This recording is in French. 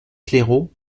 claireaux